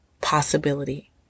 possibility